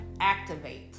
activate